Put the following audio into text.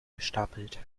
gestapelt